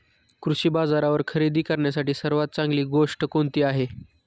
कृषी बाजारावर खरेदी करण्यासाठी सर्वात चांगली गोष्ट कोणती आहे?